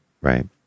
right